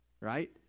right